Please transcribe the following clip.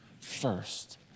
first